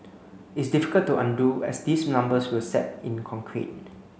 it's difficult to undo as these numbers will set in concrete